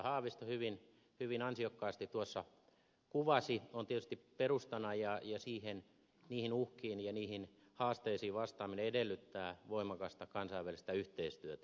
haavisto hyvin ansiokkaasti tuossa kuvasi on tietysti perustana ja niihin uhkiin ja niihin haasteisiin vastaaminen edellyttää voimakasta kansainvälistä yhteistyötä